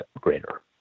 greater